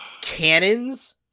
Cannons